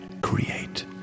create